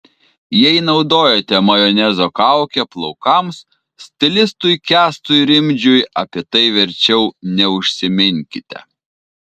jei naudojate majonezo kaukę plaukams stilistui kęstui rimdžiui apie tai verčiau neužsiminkite